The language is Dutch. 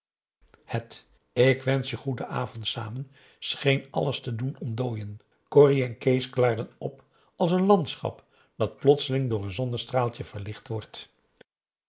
het ik wensch je goeden avond samen scheen alles te doen ontdooien corrie en kees klaarden op als n landschap dat plotseling door een zonnestraaltje verlicht wordt